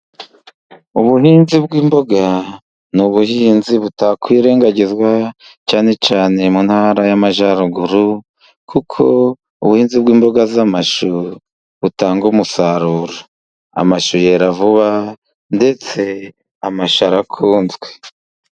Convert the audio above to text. Ubuhinzi bw'imboga ni ubuhinzi butakwirengagizwa, cyane cyane mu Ntara y'Amajyaruguru, kuko ubuhinzi bw'imboga z'amashu butanga umusaruro. Amashu yera vuba, ndetse amashu arakunzwe.